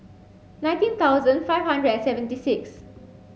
nineteen thousand five hundred and seventy six